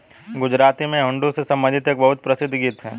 गुजराती में हुंडी से संबंधित एक बहुत प्रसिद्ध गीत हैं